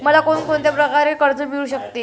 मला कोण कोणत्या प्रकारचे कर्ज मिळू शकते?